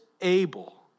able